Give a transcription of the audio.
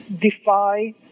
defy